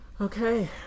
okay